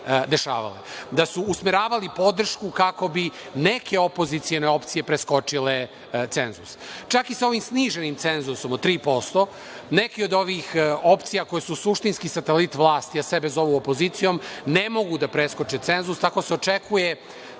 da su usmeravali podršku kako bi neke opozicione opcije preskočile cenzus. Čak i sa ovim sniženim cenzusom od 3%, neke od ovih opcija koje su suštinski satelit vlasti a sebe zovu opozicijom, ne mogu da preskoče cenzus. Očekuje